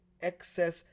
excess